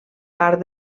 part